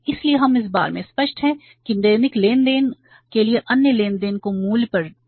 इसलिए हम इस बारे में स्पष्ट हैं कि दैनिक लेनदेन के लिए अन्य लेनदेन को मूल्य पर देख रहे हैं